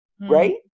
right